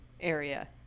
area